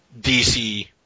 DC